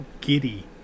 giddy